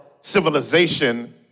civilization